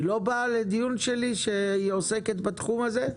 היא לא באה לדיון שלי כאשר היא עוסקת בתחום הזה?